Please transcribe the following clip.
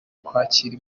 kwakira